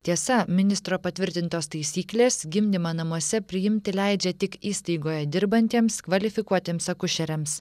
tiesa ministro patvirtintos taisyklės gimdymą namuose priimti leidžia tik įstaigoje dirbantiems kvalifikuotiems akušeriams